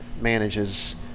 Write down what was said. manages